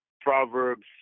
Proverbs